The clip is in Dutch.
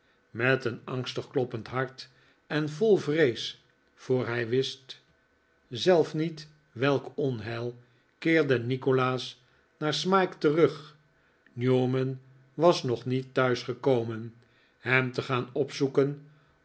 met een angstig kloppend hart en vol vrees voor hij wist zelf niet welk onheil keerde nikolaas naar smike terug newman was nog niet thuis gekomen hem te gaan opzoeken